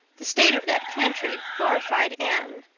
the state of that pantry horrified anne,